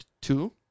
two